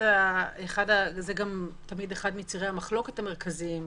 זה גם תמיד אחד מצירי המחלוקת המרכזיים,